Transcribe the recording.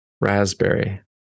raspberry